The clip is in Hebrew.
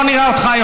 בוא נראה אותך,